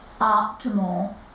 optimal